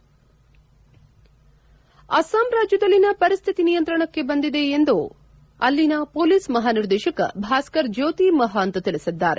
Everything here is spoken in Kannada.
ಹೆಡ್ ಅಸ್ಲಾಂ ರಾಜ್ಯದಲ್ಲಿನ ಪರಿಶ್ಲಿತಿ ನಿಯಂತ್ರಣಕ್ಕೆ ಬಂದಿದೆ ಎಂದು ಅಲ್ಲಿನ ಮೊಲೀಸ್ ಮಹಾನಿರ್ದೇಶಕ ಭಾಸ್ತರ್ ಜ್ನೋತಿ ಮಹಾಂತ್ ತಿಳಿಸಿದ್ದಾರೆ